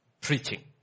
preaching